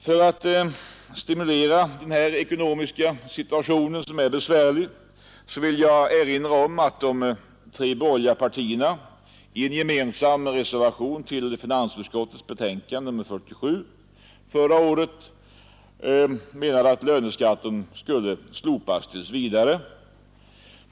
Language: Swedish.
För att stimulera ekonomin, som är besvärlig, har de tre borgerliga partierna i en gemensam reservation till finansutskottets betänkande nr 47 förra året menat att löneskatten skulle slopas tills vidare.